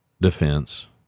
defense